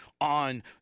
on